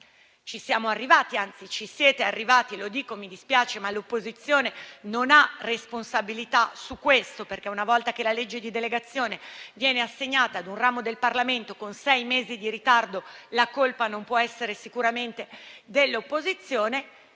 mesi di ritardo e mi dispiace, ma lo dico, perché l'opposizione non ha responsabilità su questo: infatti, una volta che la legge di delegazione viene assegnata a un ramo del Parlamento con sei mesi di ritardo, la colpa non può essere sicuramente dell'opposizione.